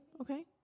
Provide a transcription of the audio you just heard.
okay